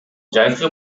жайкы